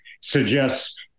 suggests